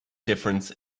difference